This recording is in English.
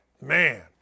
Man